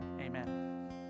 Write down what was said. Amen